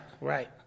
Right